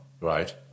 Right